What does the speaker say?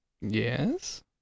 Yes